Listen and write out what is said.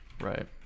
Right